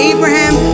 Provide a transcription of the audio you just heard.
Abraham